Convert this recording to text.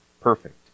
perfect